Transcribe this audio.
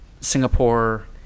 singapore